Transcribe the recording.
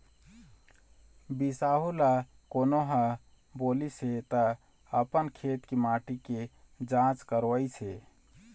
बिसाहू ल कोनो ह बोलिस हे त अपन खेत के माटी के जाँच करवइस हे